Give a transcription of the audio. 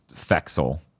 fexel